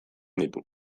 ditu